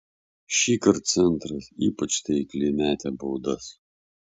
šįkart centras ypač taikliai metė baudas